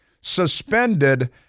suspended